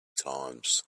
times